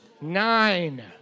nine